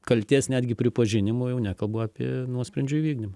kaltės netgi pripažinimo jau nekalbu apie nuosprendžio įvykdymą